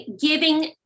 giving